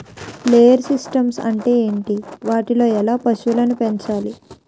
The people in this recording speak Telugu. లేయర్ సిస్టమ్స్ అంటే ఏంటి? వాటిలో ఎలా పశువులను పెంచాలి?